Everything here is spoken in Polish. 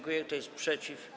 Kto jest przeciw?